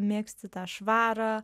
mėgsti tą švarą